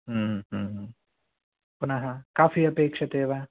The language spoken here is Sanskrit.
पुनः काफ़ी अपेक्ष्यते वा